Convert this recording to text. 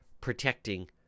protecting